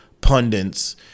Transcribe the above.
pundits